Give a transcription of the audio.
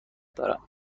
دارم